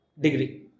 degree